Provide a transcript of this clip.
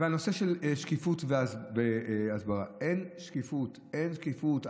הנושא של שקיפות והסברה, אין שקיפות, אין שקיפות.